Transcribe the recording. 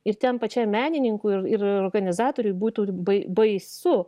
ir ten pačiam menininkui ir organizatoriui būtų bai baisu